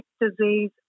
disease